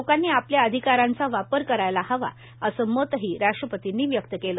लोकांनी आपल्या आधिकारांचा वापर करायला हवा असं मतही राष्ट्रपतींनी व्यक्त केलं